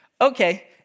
okay